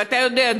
ואתה יודע,